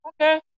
Okay